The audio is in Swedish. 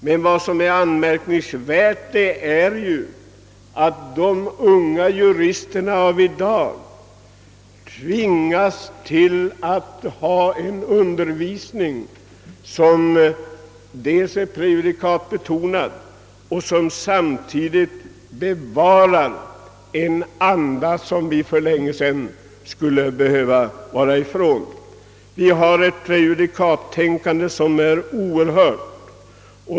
Men vad som är anmärkningsvärt är att de unga juristerna av i dag tvingas deltaga i en undervisning som dels är prejudikatsbetonad och dels bevarar en anda som vi för länge sedan skulle behöva ha kommit ifrån. Vi har ett prejudikatstänkande som är oerhört.